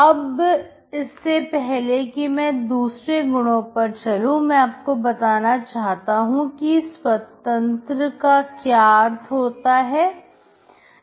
अब इससे पहले कि मैं दूसरे गुणों पर चलूं मैं आपको बताना चाहता हूं कि स्वतंत्रता का क्या अर्थ होता है